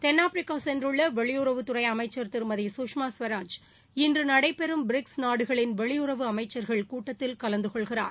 தென்னாப்பிரிக்கா சென்றுள்ள வெளியுறவுத்துறை அமைச்சர் திருமதி சுஷ்மா ஸ்வராஜ் இன்று நடைபெறும் பிரிக்ஸ் நாடுகளின் வெளியுறவு அமைச்சர்கள் கூட்டத்தில் கலந்துகொள்கிறார்